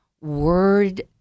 word